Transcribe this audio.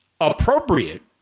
appropriate